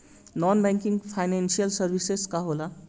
Non banking financial services का होला?